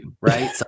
Right